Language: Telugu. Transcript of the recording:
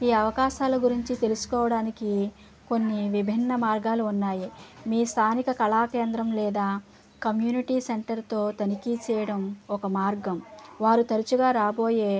ఈ అవకాశాల గురించి తెలుసుకోవడానికి కొన్ని విభిన్న మార్గాలు ఉన్నాయి మీ స్థానిక కళాకేంద్రం లేదా కమ్యూనిటీ సెంటర్తో తనిఖీ చెయ్యడం ఒక మార్గం వారు తరచుగా రాబోయే